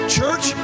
Church